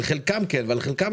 על חלקם כן ועל חלקם לא.